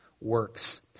works